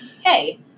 Hey